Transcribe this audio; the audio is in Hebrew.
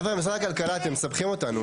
חבר'ה, משרד הכלכלה, אתם מסבכים אותנו.